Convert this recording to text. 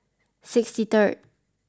sixty third